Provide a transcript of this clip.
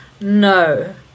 No